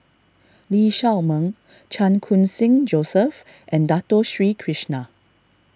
Lee Shao Meng Chan Khun Sing Joseph and Dato Sri Krishna